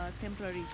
temporary